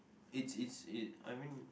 it's it's it I mean